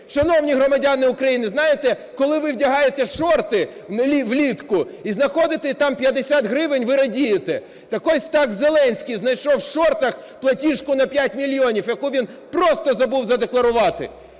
Шановні громадяни України, знаєте, коли ви вдягаєте шорти влітку і знаходите там 50 гривень – ви радієте. Так ось, так Зеленський знайшов у "шортах" платіжку на 5 мільйонів, яку він просто забув задекларувати.